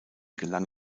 gelang